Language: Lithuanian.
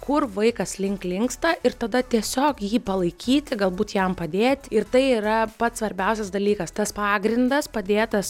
kur vaikas link linksta ir tada tiesiog jį palaikyti galbūt jam padėt ir tai yra pats svarbiausias dalykas tas pagrindas padėtas